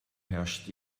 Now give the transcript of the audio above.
herrscht